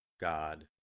God